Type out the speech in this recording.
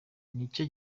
nicyo